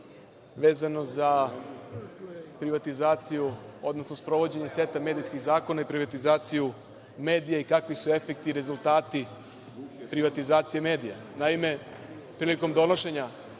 vezano za privatizaciju i sprovođenje seta medijskih zakona i privatizaciju medija i kakvi su efekti i rezultati privatizacije medija. Naime, prilikom donošenja